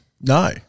No